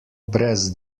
brez